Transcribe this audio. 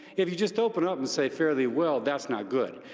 if you just open up and say, fare thee well, that's not good.